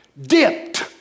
dipped